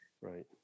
right